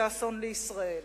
זה אסון לישראל.